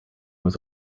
was